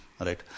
right